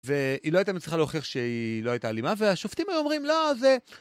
והיא לא הייתה מצליחה להוכיח שהיא לא הייתה אלימה והשופטים היו אומרים, לא זה...